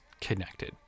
connected